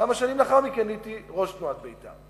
אבל כמה שנים לאחר מכן הייתי ראש תנועת בית"ר.